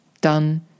done